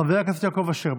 חבר הכנסת יעקב אשר,